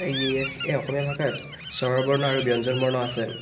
ই এই অসমীয়া ভাষাত স্বৰবৰ্ণ আৰু ব্যঞ্জনবৰ্ণ আছে